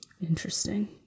Interesting